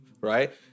right